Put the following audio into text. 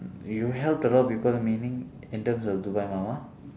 you helped a lot of people meaning in terms of dubai மாமா:maamaa